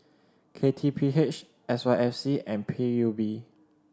K T P H S Y F C and P U B